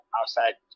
outside